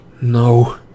No